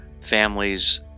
families